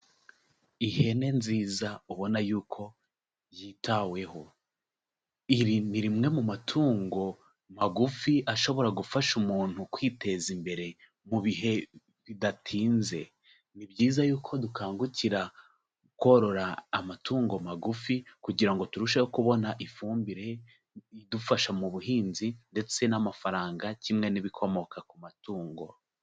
Ihene nziza, ubona yuko yitaweho. Iri ni rimwe mu matungo magufi ashobora gufasha umuntu kwiteza imbere mu bihe bidatinze. Ni byiza yuko dukangukira korora amatungo magufi, kugira ngo turusheho kubona ifumbire idufasha mu buhinzi, ndetse n'amafaranga, kimwe n'ibikomoka ku matungo.